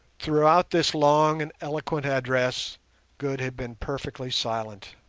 throughout this long and eloquent address good had been perfectly silent,